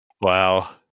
Wow